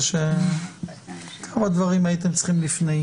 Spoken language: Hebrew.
למיטב ידיעתי --- אתם עדיין מביאים לפורום הממשלה הרחב את כל התקנות?